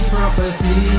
Prophecy